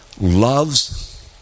loves